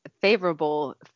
favorable